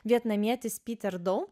vietnamietis piter dough